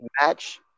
match